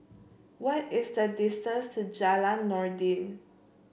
what is the distance to Jalan Noordin